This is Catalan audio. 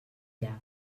llac